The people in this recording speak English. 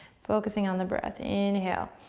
focusing on the breath. inhale.